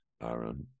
Aaron